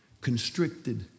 constricted